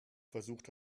versucht